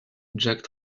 jack